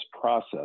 process